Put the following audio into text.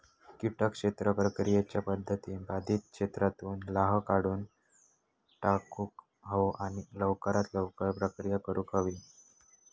किटक क्षेत्र प्रक्रियेच्या पध्दती बाधित क्षेत्रातुन लाह काढुन टाकुक हवो आणि लवकरात लवकर प्रक्रिया करुक हवी